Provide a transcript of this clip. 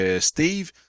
Steve